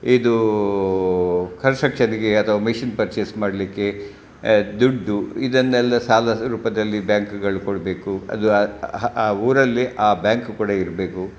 ಇದೂ ಕನ್ಸ್ಟ್ರಕ್ಷನಿಗೆ ಅಥವಾ ಮಿಶಿನ್ ಪರ್ಚೇಸ್ ಮಾಡಲಿಕ್ಕೆ ದುಡ್ಡು ಇದನ್ನೆಲ್ಲ ಸಾಲದ ರೂಪದಲ್ಲಿ ಬ್ಯಾಂಕ್ಗಳು ಕೊಡಬೇಕು ಅದು ಆ ಊರಲ್ಲಿ ಆ ಬ್ಯಾಂಕ್ ಕೂಡ ಇರಬೇಕು